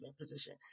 position